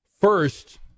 first